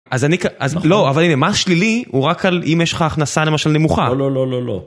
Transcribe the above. אז אני כ... אז לא, אבל הנה, מה שלילי הוא רק על אם יש לך הכנסה למשל נמוכה. לא, לא, לא, לא, לא.